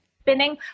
spinning